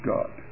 God